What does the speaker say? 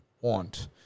want